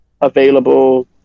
available